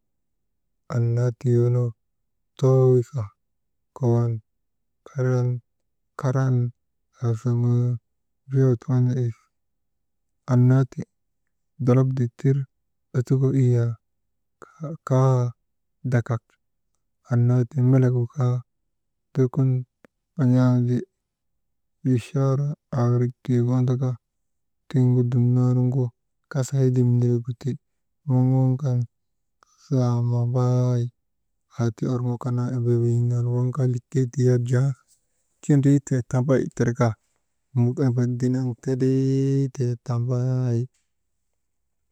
Annaa tiyoo nu too wika kokon «hesitation» karan aazoŋoonu rootaanu ef annaa ti dolok dittir ottukoo iyyaa, kaa dakak annaa ti melegu kaa beedum on̰aandi bichaara aawirik tii andaka, tiŋgu dumnaanu kasa hedim niregu ti, waŋ waŋ kan lahaa mambay aa ti orŋo kanaa embee weyiŋ naa nu waŋ kaa likey ti yak jaa tindriitee tambay trika, muk embek dinaŋ, tindriitee tambaay.